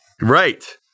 Right